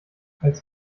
als